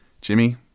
Jimmy